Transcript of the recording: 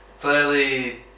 Clearly